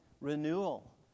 renewal